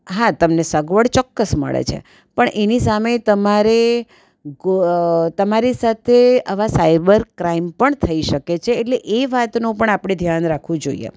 હા તમને સગવડ ચોક્કસ મળે છે પણ એની સામે તમારે તમારી સાથે આવા સાયબર ક્રાઇમ પણ થઈ શકે છે એટલે એ વાતનું પણ આપણે ધ્યાન રાખવું જોઈએ